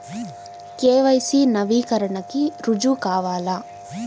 KYC నవీకరణకి రుజువు కావాలా?